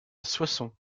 soissons